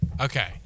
Okay